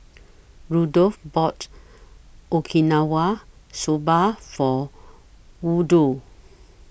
Rudolf bought Okinawa Soba For Woodroe